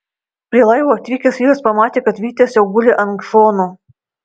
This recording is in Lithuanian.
prie laivo atvykęs vyras pamatė kad vytis jau guli ant šono